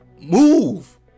Move